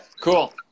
Cool